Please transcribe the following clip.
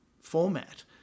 format